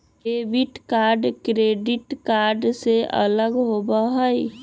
debit card credit card से अलग होबा हई